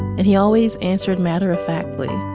and he always answered matter-of-factly,